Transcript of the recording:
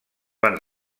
van